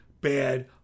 bad